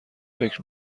فکر